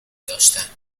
داشتند